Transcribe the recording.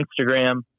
Instagram